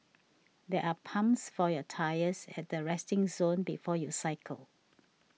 there are pumps for your tyres at the resting zone before you cycle